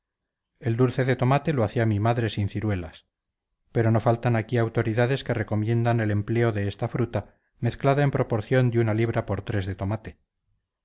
el dulce de tomate lo hacía mi madre sin ciruelas pero no faltan aquí autoridades que recomiendan el empleo de esta fruta mezclada en proporción de una libra por tres de tomate